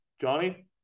Johnny